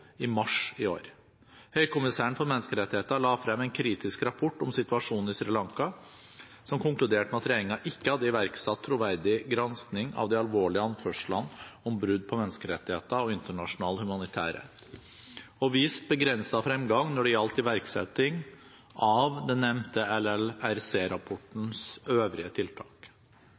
i mars i år. Høykommissæren for menneskerettigheter la der frem en kritisk rapport om situasjonen i Sri Lanka, som konkluderte med at regjeringen ikke hadde iverksatt troverdig gransking av de alvorlige anførslene om brudd på menneskerettigheter og internasjonal humanitærrett, og vist begrenset fremgang når det gjaldt iverksetting av den nevnte LLRC-rapportens øvrige tiltak.